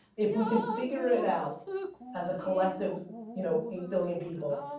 if we can figure it out as a collective you know eight billion people,